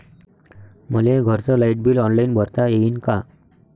मले घरचं light bill online भरता येईन का?